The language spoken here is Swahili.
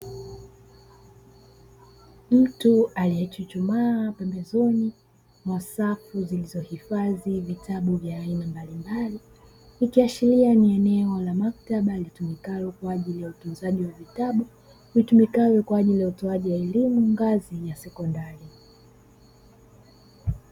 Mtu aliyechuchumaa pembezoni mwa safu zilizohifadhi vitabu vya aina mbalimbali, ikiashiria ni eneo la maktaba litumikalo kwa ajili ya utunzaji wa vitabu vitumikavyo kwa ajili ya utoaji wa elimu ngazi ya sekondari.